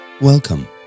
Welcome